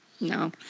No